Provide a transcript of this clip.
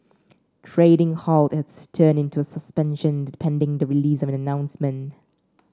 trading halt has turned into a suspension pending the release of an announcement